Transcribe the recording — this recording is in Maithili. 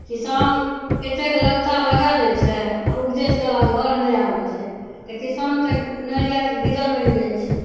किसान एतेक लगता लगा दै छै आ उपजैत काल घर नहि आबै छै तऽ किसान तऽ नैयांक गीदड़ बनि जाय छै